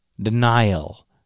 denial